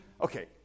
okay